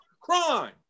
crime